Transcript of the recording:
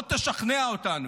בוא תשכנע אותנו.